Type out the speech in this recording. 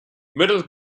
middle